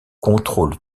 contrôle